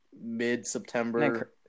Mid-September